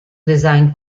design